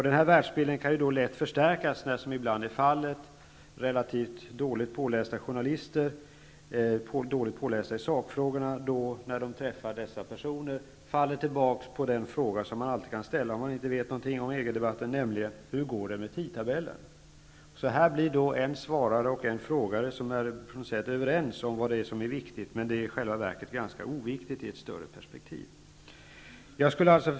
Denna värlsdbild kan lätt förstärkas när journalister som är relativt dåligt pålästa i sakfrågorna träffar dessa personer och lätt faller tillbaka på den fråga som de alltid kan ställa om de inte vet något om EG-debatten, nämligen: Hur går det med tidtabellen? På detta sätt blir det en som svarar och en som frågar och som på något sätt är överens om vad det är som är viktigt, men som i själva verket är ganska oviktigt i ett större perspektiv.